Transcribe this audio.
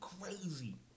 crazy